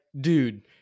dude